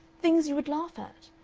things you would laugh at.